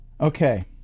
Okay